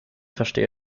verstehe